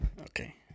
Okay